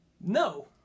No